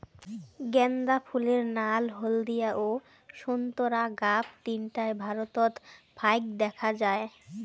গ্যান্দা ফুলের নাল, হলদিয়া ও সোন্তোরা গাব তিনটায় ভারতত ফাইক দ্যাখ্যা যায়